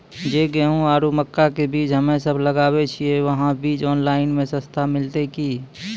जे गेहूँ आरु मक्का के बीज हमे सब लगावे छिये वहा बीज ऑनलाइन मे सस्ता मिलते की?